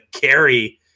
carry